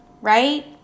right